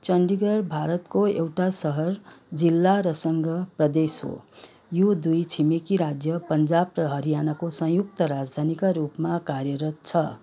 चण्डीगढ भारतको एउटा सहर जिल्ला र सङ्घ प्रदेश हो यो दुई छिमेकी राज्य पन्जाब र हरियाणाको संयुक्त राजधानीका रूपमा कार्यरत छ